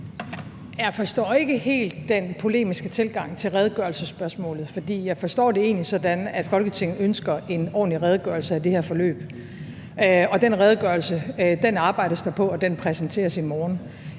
Jeg forstår ikke helt den polemiske tilgang til redegørelsesspørgsmålet, for jeg forstår det egentlig sådan, at Folketinget ønsker en ordentlig redegørelse af det her forløb. Den redegørelse arbejdes der på, og den præsenteres i morgen.